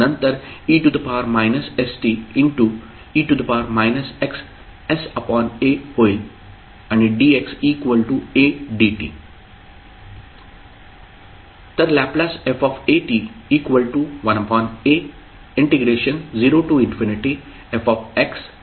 नंतर e st e xsa होईल आणि dx a dt